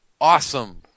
Awesome